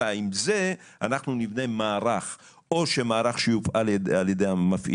אלא עם זה אנחנו נבנה מערך או מערך שיופעל ע"י המפעילים,